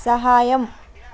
సహాయం